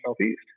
Southeast